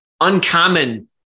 uncommon